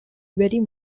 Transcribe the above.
very